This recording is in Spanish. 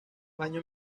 años